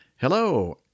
Hello